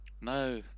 no